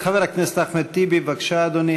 חבר הכנסת אחמד טיבי, בבקשה, אדוני.